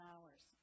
hours